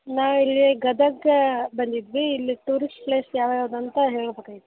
ನಾವು ಇಲ್ಲೇ ಗದಗ ಬಂದಿದ್ದಿವಿ ಇಲ್ಲಿ ಟೂರಿಸ್ಟ್ ಪ್ಲೇಸ್ ಯಾವ ಯಾವ್ದು ಅಂತ ಹೇಳ್ಬೇಕು ಆಗಿತ್ತು